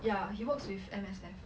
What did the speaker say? ya he works with M_S_F